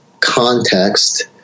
context